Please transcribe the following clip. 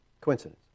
Coincidence